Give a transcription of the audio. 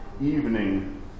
evening